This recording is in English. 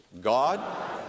God